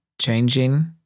changing